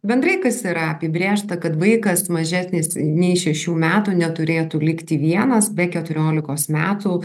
bendrai kas yra apibrėžta kad vaikas mažesnis nei šešių metų neturėtų likti vienas be keturiolikos metų